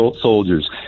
soldiers